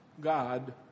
God